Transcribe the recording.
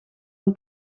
een